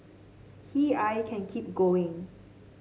he I can keep going